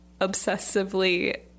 obsessively